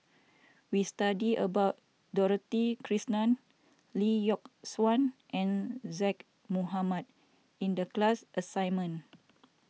we studied about Dorothy Krishnan Lee Yock Suan and Zaqy Mohamad in the class assignment